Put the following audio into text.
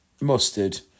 mustard